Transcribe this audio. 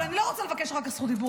אבל אני לא רוצה לבקש רק את זכות הדיבור.